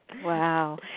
Wow